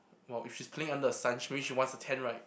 !wow! if she's playing under the sun she means she wants to tan right